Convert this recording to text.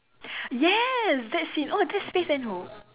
yes that's it oh that's faith and hope